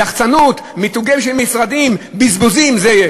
יחצנות, מיתוגים של משרדים, בזבוזים, זה יש.